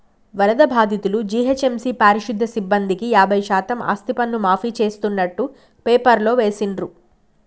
వరద బాధితులు, జీహెచ్ఎంసీ పారిశుధ్య సిబ్బందికి యాభై శాతం ఆస్తిపన్ను మాఫీ చేస్తున్నట్టు పేపర్లో వేసిండ్రు